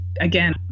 again